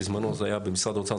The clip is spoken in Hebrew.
בזמנו זה היה במשרד האוצר,